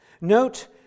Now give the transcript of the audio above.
Note